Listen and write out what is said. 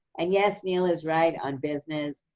and yes, neil is right on business.